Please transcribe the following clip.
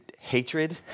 hatred